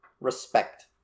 Respect